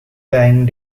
dying